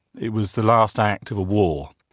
it was the last act of a war.